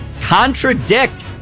contradict